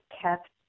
kept